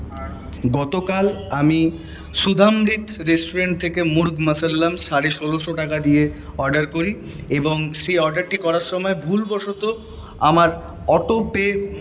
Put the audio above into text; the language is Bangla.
গতকাল আমি সুধামৃত রেসুরেন্ট থেকে মুর্গ মুসাল্লাম সাড়ে ষোলোশো টাকা দিয়ে অর্ডার করি এবং সেই অর্ডারটি করার সময় ভুলবশত আমার অটো পে